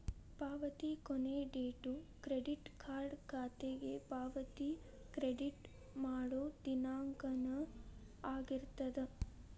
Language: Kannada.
ಪಾವತಿ ಕೊನಿ ಡೇಟು ಕ್ರೆಡಿಟ್ ಕಾರ್ಡ್ ಖಾತೆಗೆ ಪಾವತಿ ಕ್ರೆಡಿಟ್ ಮಾಡೋ ದಿನಾಂಕನ ಆಗಿರ್ತದ